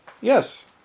Yes